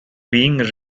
being